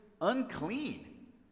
unclean